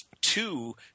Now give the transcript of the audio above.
Two